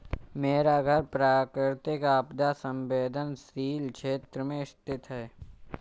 मेरा घर प्राकृतिक आपदा संवेदनशील क्षेत्र में स्थित है